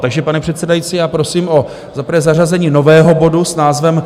Takže, pane předsedající, já prosím za prvé o zařazení nového bodu s názvem